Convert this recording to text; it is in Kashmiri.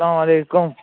سلامُ علیکُم